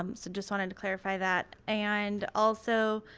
um so just wanted to clarify that and also